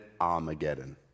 Armageddon